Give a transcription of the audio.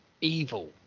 evil